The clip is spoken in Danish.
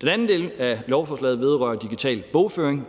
Den anden del af lovforslaget vedrører digital bogføring,